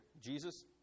Jesus